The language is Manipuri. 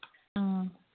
ꯑꯥ